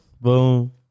Boom